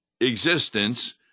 existence